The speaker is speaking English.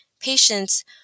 patients